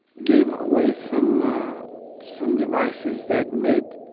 gave away some some devices that made